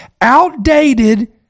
outdated